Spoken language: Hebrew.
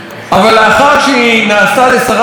אבל לאחר שהיא נעשתה לשרת תרבות,